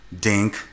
dink